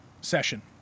Session